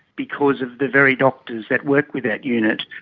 because of the very doctors that work with that unit,